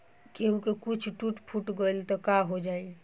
केहू के कुछ टूट फुट गईल त काहो जाई